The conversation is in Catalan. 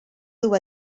dur